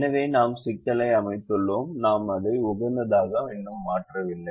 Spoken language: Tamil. எனவே நாம் சிக்கலை அமைத்துள்ளோம் அதை நாம் உகந்ததாக மாற்றவில்லை